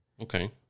Okay